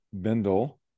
Bindle